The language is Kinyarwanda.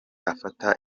afata